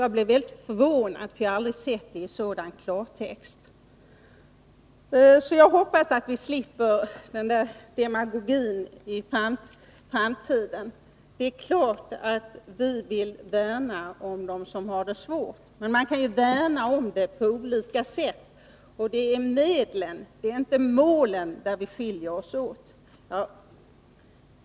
Jag blev väldigt förvånad, för jag har aldrig sett det i sådan klartext. Jag hoppas att vi i framtiden slipper den där typen av demagogi. Det är klart att vi vill värna om dem som har det svårt, men man kan värna om dem på olika sätt. Det är i fråga om medlen — inte målen — som vi skiljer oss åt.